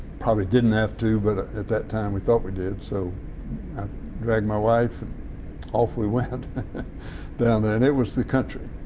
probably didn't have to but that that time we thought we did, so i and dragged my wife and off we went down there. and it was the country.